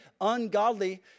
ungodly